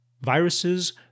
Viruses